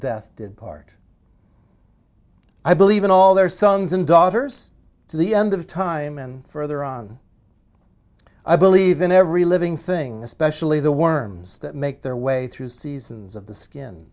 death did part i believe in all their sons and daughters to the end of time and further on i believe in every living thing especially the worms that make their way through seasons of the skin